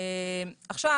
תמשיכי בבקשה.